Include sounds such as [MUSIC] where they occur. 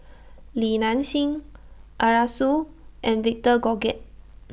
Li Nanxing Arasu and Victor [UNINTELLIGIBLE]